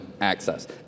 access